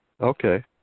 Okay